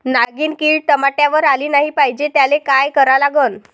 नागिन किड टमाट्यावर आली नाही पाहिजे त्याले काय करा लागन?